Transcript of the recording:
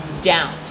down